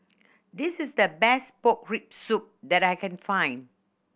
this is the best pork rib soup that I can find